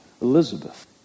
Elizabeth